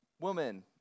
woman